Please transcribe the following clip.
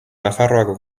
nafarroako